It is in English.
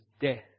death